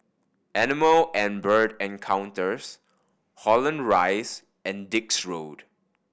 Animal and Bird Encounters Holland Rise and Dix Road